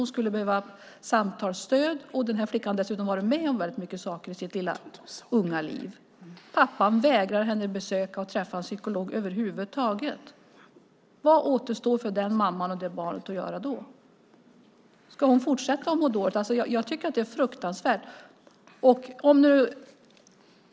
Hon skulle behöva samtalsstöd. Den här flickan har dessutom varit med om väldigt många saker i sitt unga liv. Pappan förvägrar henne att träffa en psykolog över huvud taget. Vad återstår för den mamman och det barnet att göra då? Ska hon fortsätta att må dåligt? Jag tycker att det är fruktansvärt.